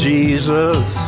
Jesus